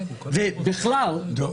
דב,